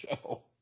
show